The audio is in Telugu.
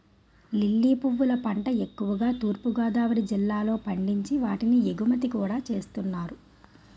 లిల్లీ పువ్వుల పంట ఎక్కువుగా తూర్పు గోదావరి జిల్లాలో పండించి వాటిని ఎగుమతి కూడా చేస్తున్నారు